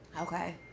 Okay